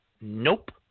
nope